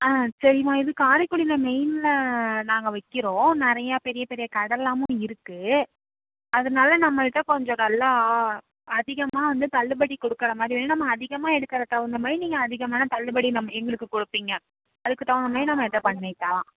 ஆ சரிம்மா இது காரைக்குடியில் மெயினில் நாங்கள் வைக்கிறோம் நிறையா பெரிய பெரிய கடைல்லாமும் இருக்கு அதனால் நம்மள்கிட்ட கொஞ்சம் நல்லா அதிகமாக வந்து தள்ளுபடி கொடுக்கற மாதிரி வேணும் நம்ம அதிகமாக எடுக்குற தகுந்த மாதிரி நீங்கள் அதிகமான தள்ளுபடி நம் எங்களுக்கு கொடுப்பீங்க அதுக்கு தகுந்த மாதிரி நாம இதை பண்ணிக்கலாம்